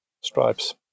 Stripes